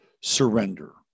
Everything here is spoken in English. Surrender